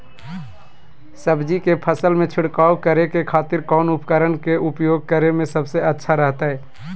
सब्जी के फसल में छिड़काव करे के खातिर कौन उपकरण के उपयोग करें में सबसे अच्छा रहतय?